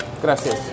Gracias